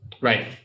right